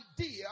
idea